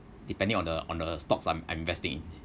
depending on the on the stocks I'm I'm investing in